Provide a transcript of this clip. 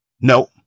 No